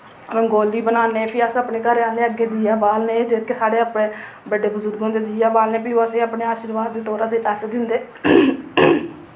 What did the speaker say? रंगोली बनान्ने फ्ही अस अपने घरै आह्लें अग्गें दिया बालने जेह्के साढ़े अपने बड्डे बजुर्ग होंदे दिया बालने फ्ही ओह् असें अपने शीर्वाद दे तोर असें पैसे दिंदे